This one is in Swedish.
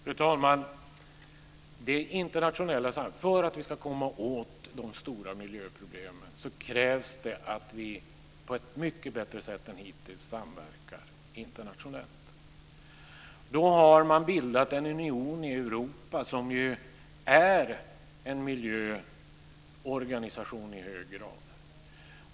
Fru talman! För att vi ska komma åt de stora miljöproblemen krävs det att vi på ett mycket bättre sätt än hittills samverkar internationellt. Då har man bildat en union i Europa som ju i hög grad är en miljöorganisation.